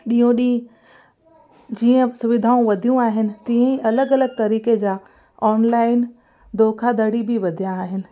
ॾियो ॾींहुं जीअं बि सुविधाऊं वधियूं आहिनि तीअं ई अलॻि अलॻि तरीक़े जा ऑनलाइन धोखाधड़ी बि वधिया आहिनि